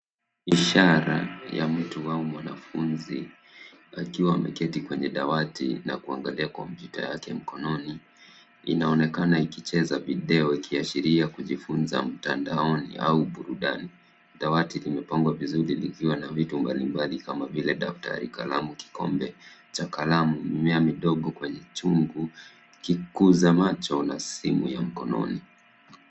Ishara ya mtu au mwanafunzi akiwa ameketi kwenye dawati na kuangalia komyuta yake mkononi inaonekana ikicheza video ikiashiria kijifunza mtandaon au burudani. Dawati limepangwa vizuri likiwa na viti mbali mbali kama vile daftari, kalamu kikombe cha kalamu, mmea mdogo kwenye chungu, kikuza macho na simu ya mkononi.